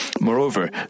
Moreover